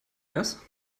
was